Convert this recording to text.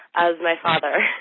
as my father